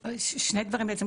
שני דברים בעצם,